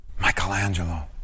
Michelangelo